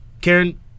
Karen